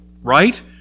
right